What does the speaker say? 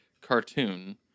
cartoon